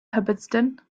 hubbardston